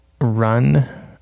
run